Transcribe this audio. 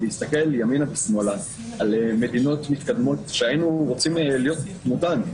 להסתכל ימינה ושמאלה על מדינות מתקדמות שהיינו רוצים להיות כמותן,